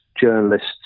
journalists